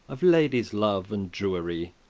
of ladies' love and druerie,